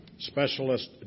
Specialist